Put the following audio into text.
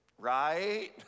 Right